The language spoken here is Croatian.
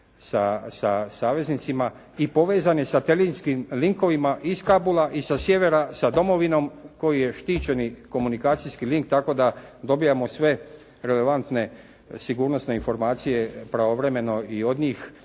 sa saveznicima i povezan je satelitskim linkovima iz Kabula i sa sjevera sa domovinom koju je štićeni komunikacijski link tako da dobivamo sve relevantne sigurnosne informacije pravovremeno i od njih,